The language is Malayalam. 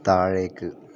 താഴേക്ക്